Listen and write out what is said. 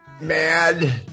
mad